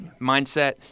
mindset